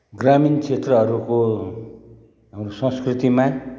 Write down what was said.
ग्रामीण क्षेत्रहरूको हाम्रो संस्कृतिमा